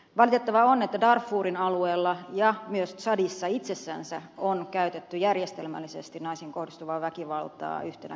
valitettavaa on että darfurin alueella ja myös tsadissa itsessänsä on käytetty järjestelmällisesti naisiin kohdistuvaa väkivaltaa yhtenä keinona